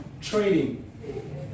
trading